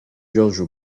giorgio